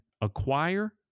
acquire